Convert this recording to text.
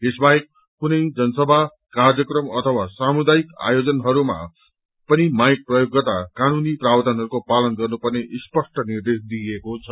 यस बाहेक कुनै जनसभा कार्यक्रम अथवा सामुदायिक आयोजनाहरूमा पनि माइक प्रयोग गर्दा कानूनी प्रावधानहरूको पालन गर्नुपर्ने स्पष्ट निर्देश दिइएको छ